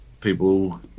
people